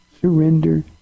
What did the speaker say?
surrender